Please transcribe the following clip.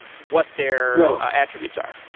what their attributes are